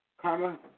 Karma